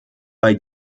bei